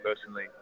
personally